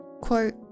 quote